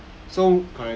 ah